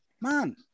Man